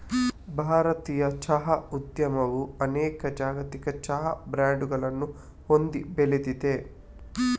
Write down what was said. ಭಾರತೀಯ ಚಹಾ ಉದ್ಯಮವು ಅನೇಕ ಜಾಗತಿಕ ಚಹಾ ಬ್ರಾಂಡುಗಳನ್ನು ಹೊಂದಿ ಬೆಳೆದಿದೆ